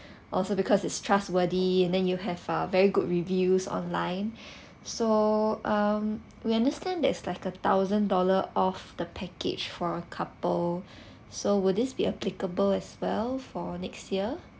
also because it's trustworthy and then you have a very good reviews online so um we understand that is like a thousand dollar off the package for couple so will this be applicable as well for next year